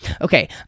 Okay